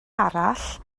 arall